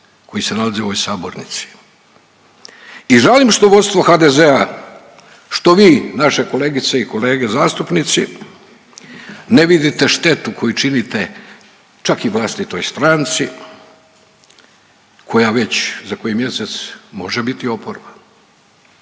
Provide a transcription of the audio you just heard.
koji se nalazi u ovoj sabornici i žalim što vodstvo HDZ-a što vi naše kolegice i kolege zastupnici ne vidite štetu koju činite čak i vlastitoj stranci koja već za koji mjesec može biti oporba.